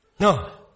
No